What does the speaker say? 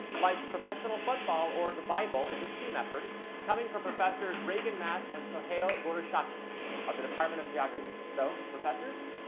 like professional football or the bible, it's a team effort coming from professors regan maas and so soheil ah boroushoki of the department of geography. so, professors,